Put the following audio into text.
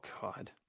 God